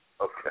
Okay